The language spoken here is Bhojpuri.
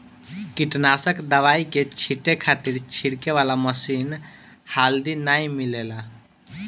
कीटनाशक दवाई के छींटे खातिर छिड़के वाला मशीन हाल्दी नाइ मिलेला